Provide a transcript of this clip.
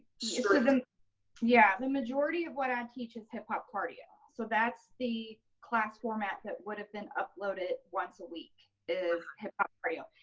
um yeah, the majority of what i teach is hip-hop cardio. so, that's the class format that would have been uploaded once a week is hip-hop cardio.